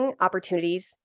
opportunities